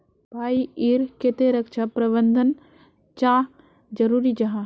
भाई ईर केते रक्षा प्रबंधन चाँ जरूरी जाहा?